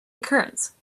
occurrence